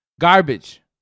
garbage